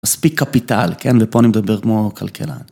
מספיק קפיטל, כן? ופה נדבר כמו כלכלן.